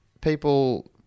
people